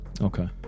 Okay